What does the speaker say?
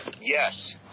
Yes